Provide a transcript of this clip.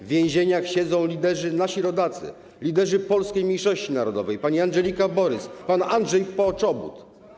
W więzieniach siedzą nasi rodacy, liderzy polskiej mniejszości narodowej: pani Andżelika Borys, pan Andrzej Poczobut.